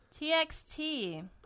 TXT